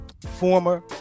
former